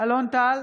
אלון טל,